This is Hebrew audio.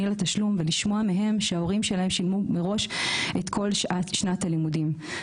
לתשלום ולשמוע מהם שההורים שלהם שילמו מראש את כל שנת הלימודים.